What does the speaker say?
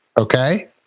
okay